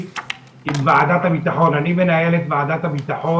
הנושא: היערכות הרשויות